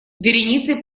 вереницей